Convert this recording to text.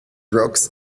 rocks